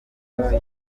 umwe